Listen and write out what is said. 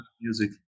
music